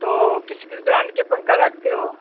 तो किस किस ब्रान्ड के पंखा रखते हो